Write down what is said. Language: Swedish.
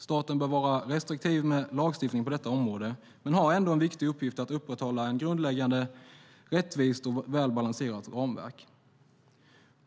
Staten bör vara restriktiv med lagstiftning på detta område men har ändå en viktig uppgift i att upprätthålla ett grundläggande, rättvist och väl balanserat ramverk.